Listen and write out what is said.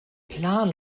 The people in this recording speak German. plan